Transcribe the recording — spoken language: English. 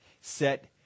set